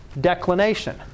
declination